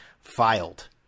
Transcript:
filed